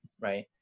right